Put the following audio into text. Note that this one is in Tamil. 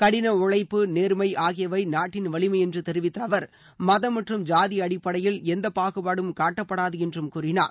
கடின உழைப்பு நேர்மை ஆகியவை நாட்டின் வலினம என்று தெரிவித்த அவர் மதம் மற்றும் ஜாதி அடிப்படையில் எந்த பாகுபாடும் காட்டப்படாது என்றும் கூறினார்